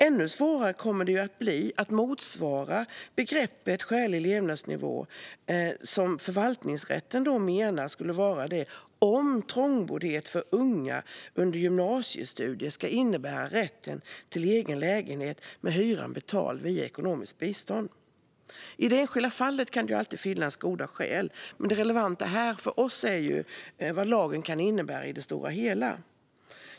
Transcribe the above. Ännu svårare kommer det att bli att motsvara vad förvaltningsrätten menar skulle vara skälig levnadsnivå om trångboddhet för unga under gymnasiestudier ska innebära rätten till egen lägenhet med hyran betald via ekonomiskt bistånd. I det enskilda fallet kan det alltid finnas goda skäl, men det relevanta för oss här är ju vad lagen kan innebära i det stora hela.